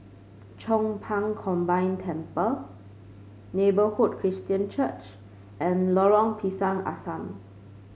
Chong Pang Combine Temple Neighbourhood Christian Church and Lorong Pisang Asam